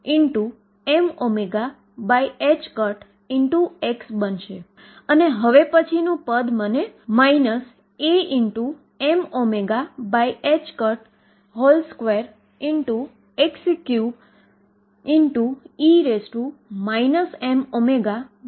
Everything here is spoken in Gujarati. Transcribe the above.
તેથી આ સમીકરણ k2ψ0 બનશે જ્યાં k22mE2 અને આ ઉકેલ આપણે પહેલેથી જ દોરી ના ઉકેલ પરથી જાણીએ છીએ